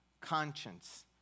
conscience